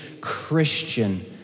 Christian